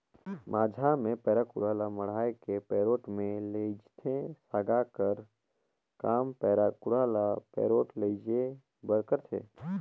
माझा मे पैरा कुढ़ा ल मढ़ाए के पैरोठ मे लेइजथे, सागा कर काम पैरा कुढ़ा ल पैरोठ लेइजे बर करथे